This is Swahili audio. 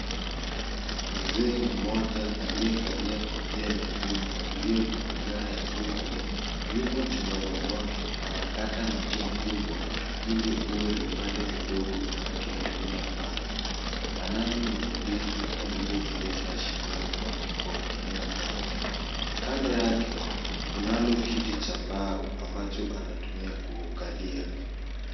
Mzee mmoja aliyevalia kofia nyekundu iliyo na manyoya ya kuku, yumo chumbani mwake anakata mti mkubwa ili uwe vipande vidogo akiutumia panga. Anazo nyungu mbili alizozieka shingoni mwake kwa kutumia kamba. Kando yake, kunalo kiti cha mbao ambacho anatumia kukalia.